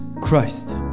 Christ